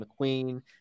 McQueen